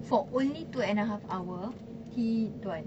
for only two and a half hour he don't want